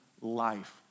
life